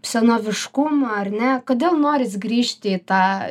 senoviškumo ar ne kodėl noris grįžti į tą